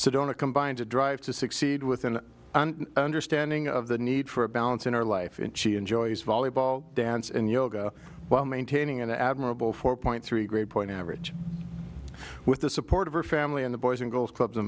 sedona combines a drive to succeed with an understanding of the need for balance in our life and she enjoys volleyball dance and yoga while maintaining an admirable four point three grade point average with the support of her family in the boys and girls clubs